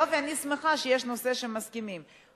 יופי, אני שמחה שיש נושא שמסכימים בו.